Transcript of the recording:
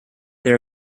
they